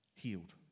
healed